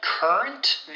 Current